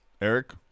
Eric